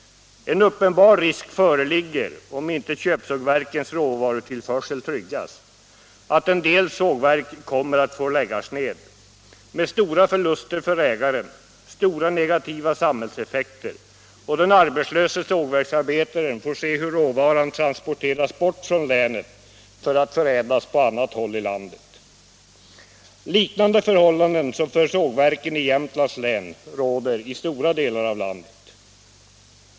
En uppenbar risk föreligger, om inte köpsågverkens råvarutillförsel tryggas, att en del sågverk kommer att få läggas ned, med stora förluster för ägaren och stora negativa samhällseffekter — och den arbetslöse sågverksarbetaren får se hur råvaran transporteras bort från länet för att förädlas på annat håll i landet. Liknande förhållanden som för sågverken i Jämtlands län råder i stora delar av landet.